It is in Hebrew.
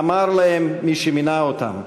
אמר להם מי שמינה אותם: